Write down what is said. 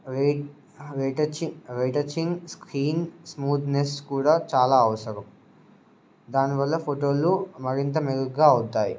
wait వెయి touching వెయి touching screen smoothness కూడా చాలా అవసరం దానివల్ల ఫోటోలు మరింత మెరుగ్గా అవుతాయి